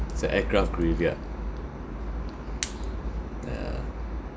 it's a aircraft graveyard yeah